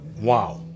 Wow